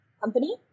company